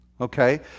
Okay